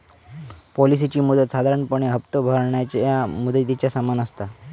पॉलिसीची मुदत साधारणपणे हप्तो भरणाऱ्या मुदतीच्या समान असता